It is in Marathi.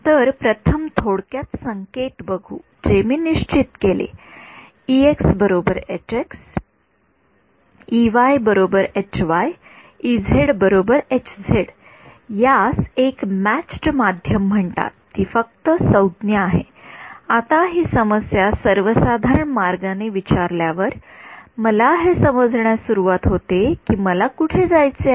तर प्रथम थोडक्यात संकेत बघू जर मी निश्चित केले यास एक मॅचड् माध्यम म्हणतात ती फक्त संज्ञा आहे आता ही समस्या सर्वसाधारण मार्गाने विचारल्यावर मला हे समजण्यास सुरवात होते की मला कुठे जायचे आहे